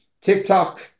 TikTok